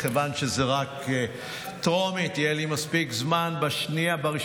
מכיוון שזה רק טרומית יהיה לי מספיק זמן בראשונה,